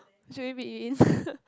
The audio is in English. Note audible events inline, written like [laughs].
should we be mean [laughs]